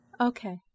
Okay